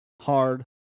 hard